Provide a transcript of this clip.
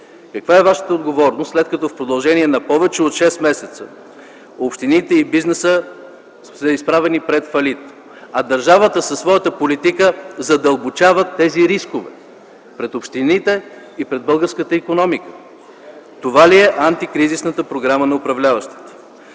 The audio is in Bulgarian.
каква е вашата отговорност, след като в продължение на повече от 6 месеца общините и бизнесът са изправени пред фалит, а държавата със своята политика задълбочава тези рискове пред общините и българската икономика?! Това ли е антикризисната програма на управляващите?!